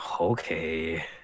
Okay